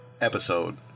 episode